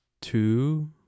two